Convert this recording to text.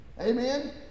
Amen